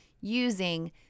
using